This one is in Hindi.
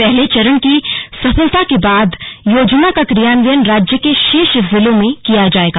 पहले चरण की सफलता के बाद योजना का क्रियान्वयन राज्य के शेष जिलों में किया जायेगा